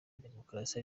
demukarasi